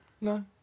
no